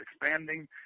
expanding